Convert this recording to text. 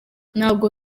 ntabwo